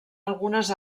algunes